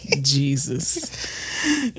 Jesus